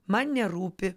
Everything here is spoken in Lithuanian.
man nerūpi